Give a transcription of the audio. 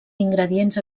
ingredients